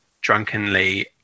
drunkenly